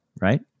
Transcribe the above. right